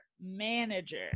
manager